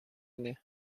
année